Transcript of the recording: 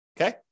okay